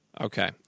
Okay